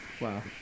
Wow